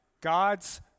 God's